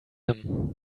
him